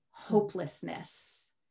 hopelessness